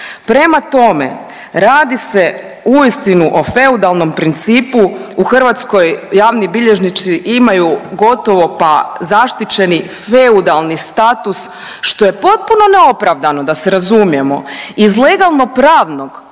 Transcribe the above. Prema tome, radi se uistinu o feudalnom principu u Hrvatskoj javni bilježnici imaju gotovo pa zaštićeni feudalni status što je potpuno neopravdano, da se razumijemo iz legalno pravnog